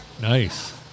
Nice